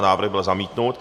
Návrh byl zamítnut.